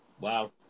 Wow